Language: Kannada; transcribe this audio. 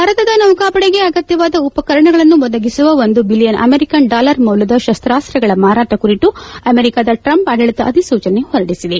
ಭಾರತದ ಸೌಕಾಪಡೆಗೆ ಅಗತ್ತವಾದ ಉಪಕರಣಗಳನ್ನು ಒದಗಿಸುವ ಒಂದು ಬಿಲಿಯನ್ ಅಮೆರಿಕನ್ ಡಾಲರ್ ಮೌಲ್ಲದ ಶಸ್ತಾಸ್ತಗಳ ಮಾರಾಟ ಕುರಿತು ಅಮೆರಿಕಾದ ಟ್ರಂಪ್ ಆಡಳಿತ ಅಧಿಸೂಚನೆ ಹೊರಡಿಸಿದೆ